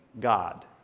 God